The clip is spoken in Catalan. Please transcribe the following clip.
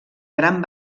gran